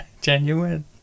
Genuine